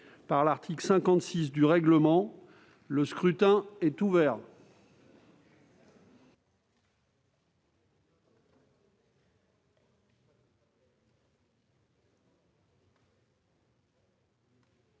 par l'article 56 du règlement. Le scrutin est ouvert.